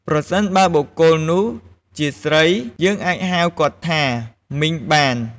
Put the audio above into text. ប្រសិនបើបុគ្គលនោះជាស្រី យើងអាចហៅគាត់ថា "មីង" បាន។